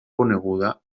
coneguda